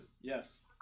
Yes